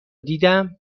دیدم